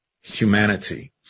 humanity